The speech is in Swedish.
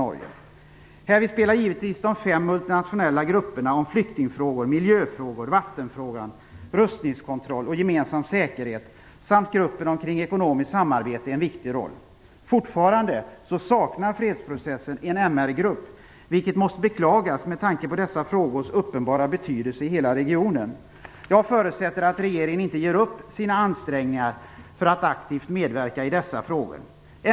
Härvid spelar givetvis de fem multinationella grupperna om flyktingfrågor, miljöfrågor, vattenfrågan, rustningskontroll och gemensam säkerhet samt gruppen omkring ekonomiskt samarbete en viktig roll. Fortfarande saknar fredsprocessen en MR-grupp, vilket måste beklagas med tanke på dessa frågors uppenbara betydelse i hela regionen. Jag förutsätter att regeringen inte ger upp sina ansträngningar för att aktivt medverka i dessa frågor.